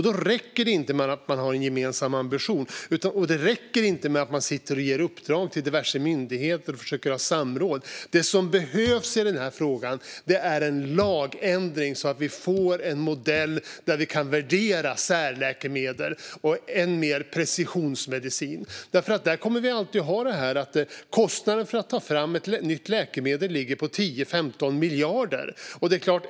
Då räcker det inte att ha en gemensam ambition, och det räcker inte att ge uppdrag till diverse myndigheter och försöka ha samråd. Det som behövs i frågan är en lagändring, så att vi får en modell för att värdera särläkemedel och än mer precisionsmedicin. Kostnaden för att ta fram ett nytt läkemedel ligger på 10-15 miljarder kronor.